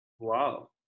Wow